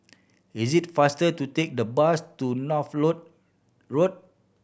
is it faster to take the bus to Northolt Road